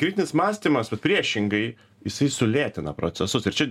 kritinis mąstymas vat priešingai jisai sulėtina procesus ir čia